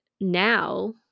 now